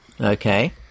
Okay